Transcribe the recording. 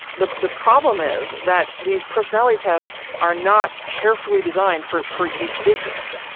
the the problem is that these personality tests are not carefully designed for per each business,